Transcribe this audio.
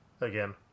again